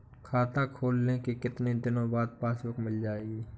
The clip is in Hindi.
खाता खोलने के कितनी दिनो बाद पासबुक मिल जाएगी?